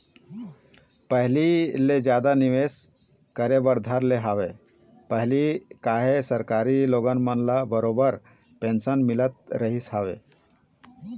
पहिली ले जादा निवेश करे बर धर ले हवय पहिली काहे सरकारी लोगन मन ल बरोबर पेंशन मिलत रहिस हवय